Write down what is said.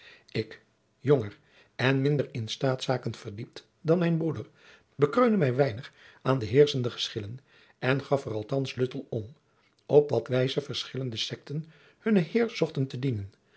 ik jonger en minder in staatszaken verdiept dan mijn broeder bekreunde mij weinig aan de heerschende geschillen en gaf er althands luttel om op wat wijze verschillende secten hunnen heer zochten te dienen